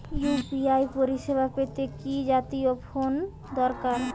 UPI পরিসেবা পেতে কি জাতীয় ফোন দরকার?